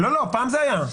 פעם זה היה.